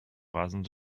rasen